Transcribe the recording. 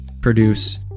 produce